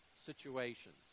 situations